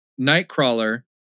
Nightcrawler